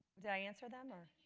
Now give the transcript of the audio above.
did i answer them or